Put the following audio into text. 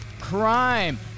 crime